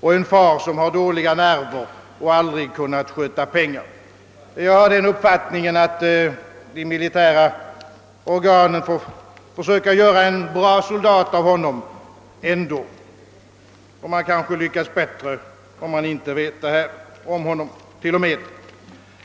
och en far som har dåliga nerver och aldrig kunnat sköta pengar. Jag har den uppfattningen, att de militära organen kan göra en bra soldat av honom och kanske t.o.m. lyckas bättre om de inte vet detta om honom.